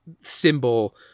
symbol